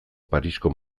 parisko